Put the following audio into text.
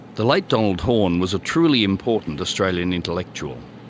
the late donald horne was a truly important australian intellectual.